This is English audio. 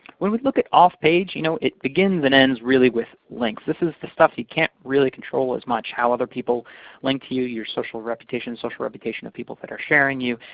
when we look at off-page, you know it begins and ends, really, with links. this is the stuff you can't really control as much, how other people link to you, your social reputation, social reputation of people that are sharing you,